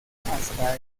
hasta